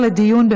(הפסקת חיוב וסליקה בשל עסקאות עם ספק מפר),